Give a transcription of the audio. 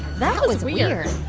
that was weird.